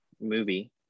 movie